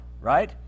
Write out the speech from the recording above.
right